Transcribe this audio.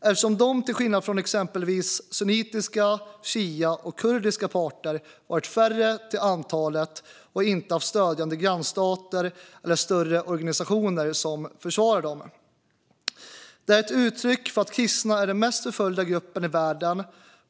eftersom de kristna jämfört med exempelvis sunnitiska, shiitiska och kurdiska parter varit färre till antalet och inte haft stödjande grannstater eller större organisationer som försvarat dem. Det är ett uttryck för att kristna är den mest förföljda gruppen i världen.